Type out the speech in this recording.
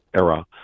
era